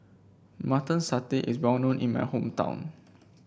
Mutton Satay is well known in my hometown